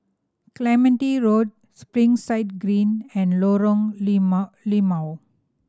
Clementi Road Springside Green and Lorong Limau Limau